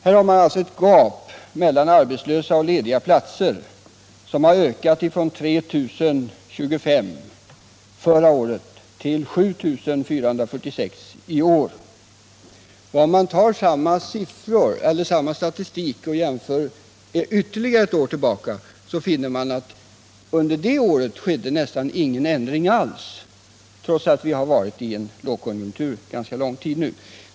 Här är det alltså ett gap mellan arbetssökande och lediga platser, vilket gap har ökat från 3025 förra året till 7 446 i år. Om man tar samma statistik ett år tillbaka finner man att det under det året inte inträffade någon ändring alls, trots att vi haft lågkonjunktur under ganska lång tid nu.